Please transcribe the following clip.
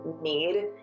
need